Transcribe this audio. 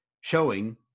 showing